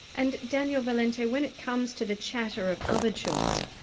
and daniel valente when it comes to the chatter of other children,